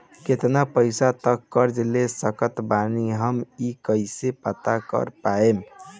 केतना पैसा तक कर्जा ले सकत बानी हम ई कइसे पता कर पाएम?